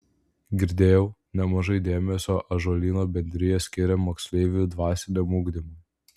girdėjau nemažai dėmesio ąžuolyno bendrija skiria moksleivių dvasiniam ugdymui